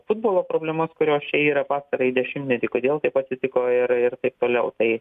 futbolo problemas kurios čia yra pastarąjį dešimtmetį kodėl taip atsitiko ir ir taip toliau tai